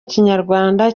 kinyarwanda